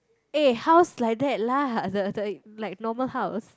eh house like that lah the the like normal house